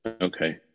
Okay